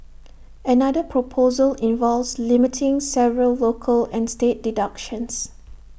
another proposal involves limiting several local and state deductions